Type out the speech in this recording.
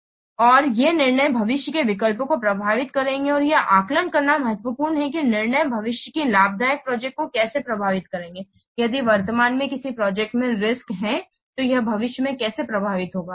इसलिए ये निर्णय भविष्य के विकल्पों को प्रभावित करेंगे और यह आकलन करना महत्वपूर्ण है कि निर्णय भविष्य की लाभदायक प्रोजेक्ट को कैसे प्रभावित करेंगे यदि वर्तमान में किसी प्रोजेक्ट में रिस्क है तो यह भविष्य में कैसे प्रभावित होगा